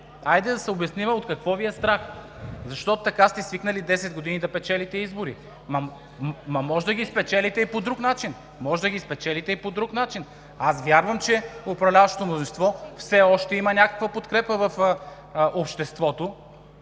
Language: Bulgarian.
Хайде да се обясним от какво Ви е страх! Защото така сте свикнали десет години да печелите избори. (Реплики от ГЕРБ.) Можете да ги спечелите и по друг начин. Аз вярвам, че управляващото мнозинство все още има някаква подкрепа в обществото